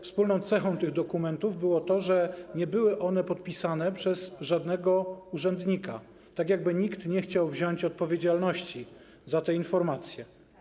Wspólną cechą tych dokumentów było to, że nie były one podpisane przez żadnego urzędnika, tak jakby nikt nie chciał wziąć odpowiedzialności za te informacje.